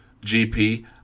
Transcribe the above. GP